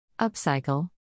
Upcycle